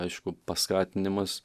aišku paskatinimas